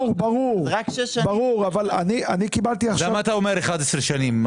אבל אני קיבלתי עכשיו --- אז למה אתה אומר 11 שנים?